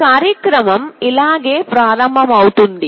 ఈ కార్యక్రమం ఇలాగే ప్రారంభమవుతుంది